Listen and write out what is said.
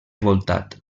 voltat